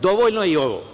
Dovoljno je i ovo.